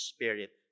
Spirit